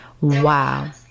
Wow